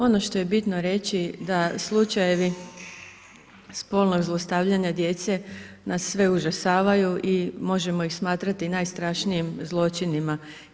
Ono što je bitno reći da slučajevi spolnog zlostavljanja djece nas sve užasavaju i možemo ih smatrati najstrašnijim zločinima.